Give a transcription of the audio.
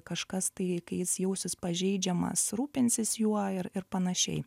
kažkas tai kai jis jausis pažeidžiamas rūpinsis juo ir ir panašiai